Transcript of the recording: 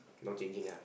not changing ah